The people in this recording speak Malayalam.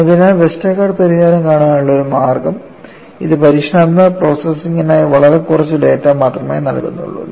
അതിനാൽ വെസ്റ്റർഗാർഡ് പരിഹാരം കാണാനുള്ള ഒരു മാർഗ്ഗം ഇത് പരീക്ഷണാത്മക പ്രോസസ്സിംഗിനായി വളരെ കുറച്ച് ഡാറ്റ മാത്രമേ നൽകുന്നുള്ളൂ